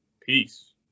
Peace